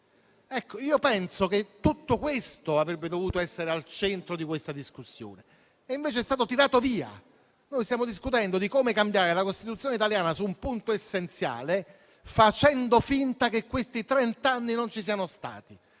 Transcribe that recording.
Penso che tutto questo avrebbe dovuto essere al centro di questa discussione; invece è stato tirato via. Noi stiamo discutendo di come cambiare la Costituzione italiana su un punto essenziale, facendo finta che questi trent'anni non ci siano stati,